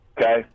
okay